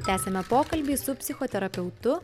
tęsiame pokalbį su psichoterapeutu